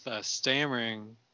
stammering